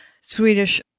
Swedish